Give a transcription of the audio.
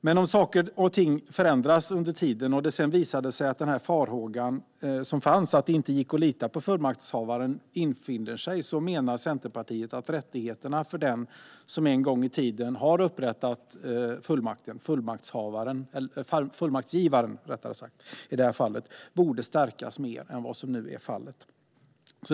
Men om saker och ting förändras och farhågan att det inte går att lita på fullmaktshavaren sedan visar sig vara sann menar Centerpartiet att rättigheterna för den som en gång i tiden upprättat fullmakten, fullmaktsgivaren, borde stärkas mer än vad som nu är fallet.